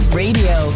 radio